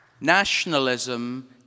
Nationalism